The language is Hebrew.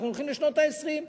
שאנחנו הולכים לשנות ה-20.